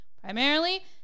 Primarily